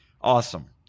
Awesome